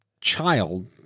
child